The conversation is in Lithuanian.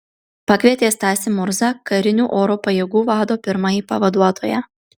pakvietė stasį murzą karinių oro pajėgų vado pirmąjį pavaduotoją